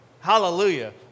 Hallelujah